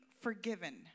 forgiven